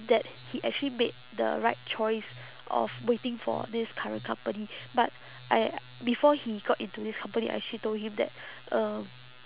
that he actually made the right choice of waiting for this current company but I before he got into this company I actually told him that um